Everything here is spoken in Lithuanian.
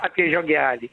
apie žiogelį